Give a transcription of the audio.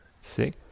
sick